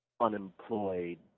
unemployed